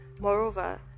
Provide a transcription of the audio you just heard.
Moreover